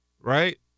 right